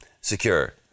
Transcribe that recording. Secure